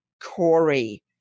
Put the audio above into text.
Corey